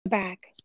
Back